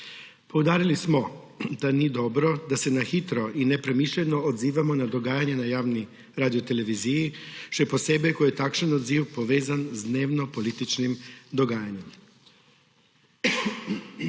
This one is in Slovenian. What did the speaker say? Poudarili smo, da ni dobro, da se na hitro in nepremišljeno odzivamo na dogajanja na javni Radioteleviziji, še posebej ko je takšen odziv povezan z dnevnopolitičnim dogajanjem.